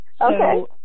Okay